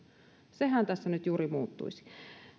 sehän tässä nyt juuri muuttuisi